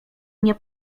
nie